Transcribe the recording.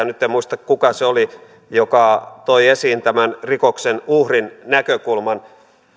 nyt en muista kuka se oli joka toi esiin tämän rikoksen uhrin näkökulman